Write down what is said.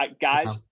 guys